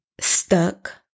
stuck